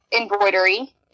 embroidery